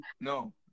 no